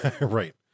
Right